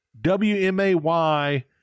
WMAY